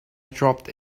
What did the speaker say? dropped